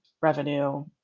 revenue